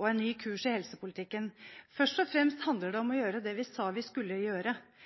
og en ny kurs i helsepolitikken. Først og fremst handler det om å gjøre det vi sa vi skulle gjøre,